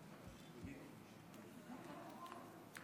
אולי,